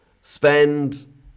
spend